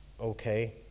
okay